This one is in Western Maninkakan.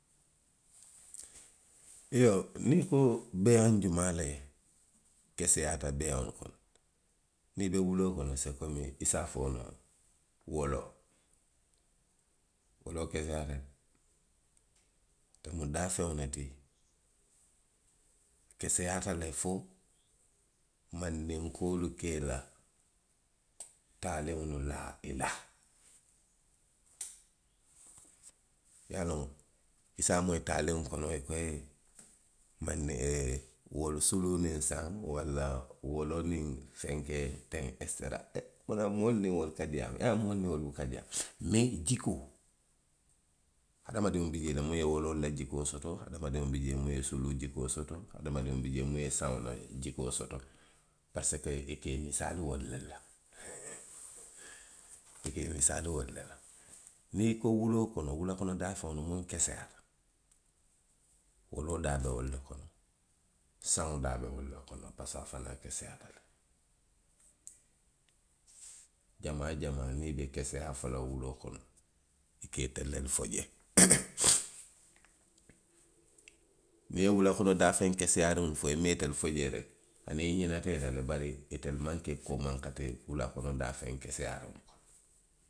Iyoo, i ko beeyaŋ jumaa le keseyaata beeyaŋolu kono? Niŋ i be wuloo kono, i se a fo noo woloo. Woloo be ňaamiŋ, a mu daafeŋ ne ti, keseyaata le fo mandinkoolu ka i la taaliŋolu laa i la. Woloo, i se a moyi taaliŋo kono i ko ye woloo, suluu niŋ saŋ, walla woloo niŋ fenkee, tew ekiseteeraa. munaŋ moolu niŋ wolu ka diyaamu le. Ye a loŋ moolu niŋ wolu buka diyaamu. Mee i jikoo hadamadiŋo ye woloo la jikoo soto le. hadamadiŋo bi jee le miŋ ye woloo la jikoo soto. hadamadiŋo bi jee muŋ ye suluu jikoo soto, hadamadiŋo bi jee le muŋ ye saŋo la jikoo sotoo. parisiko i ka i misaali wolu le la, i ka i misaali wolu le la. niŋ i ko wuloo kono, wuloo kono daafeŋolu minnu keseyaata, woloo daa be wolu le kono. saŋo be wolu le kono. parisiko a fanaŋ keseyaata le. jamaa jamaa niŋ i be keseyaa fo la wuloo kono. i ka itelu le fo jee. niŋ i be wuloo kono daafeŋ keseyaariŋolu fo la i maŋ itelu fo jee de, woto i ňinita i la le. bari itelu maŋ ke koomaŋ ka ti wula kono daafeŋ keseriŋolu to.